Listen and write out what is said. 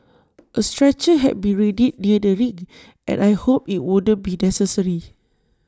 A stretcher had been readied near the ring and I hoped IT wouldn't be necessary